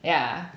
yeah